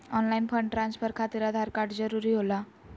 Online fund transfer खातिर Aadhaar card जरूरी होला?